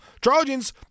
Trojans